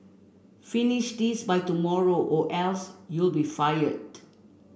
finish this by tomorrow or else you'll be fired